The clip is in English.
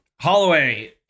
Holloway